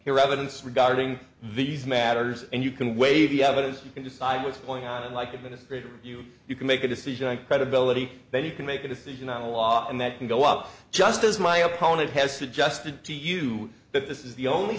hear evidence regarding these matters and you can weigh the evidence you can decide what's going on unlike administrator you you can make a decision on credibility then you can make a decision on the law and that can go up just as my opponent has suggested to you that this is the only